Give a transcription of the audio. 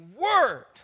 word